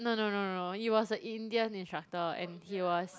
no no no no it was a Indian instructor and he was